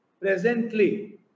presently